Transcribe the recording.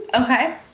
Okay